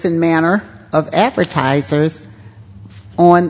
and manner of advertisers on